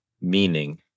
meaning